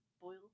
boil